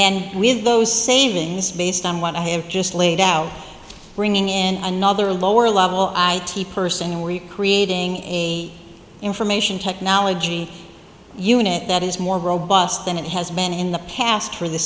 then with those savings based on what i have just laid out bringing in another lower level i t personally recreating a information technology unit that is more robust than it has been in the past for the